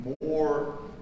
more